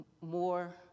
more